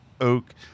oak